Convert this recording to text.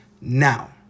Now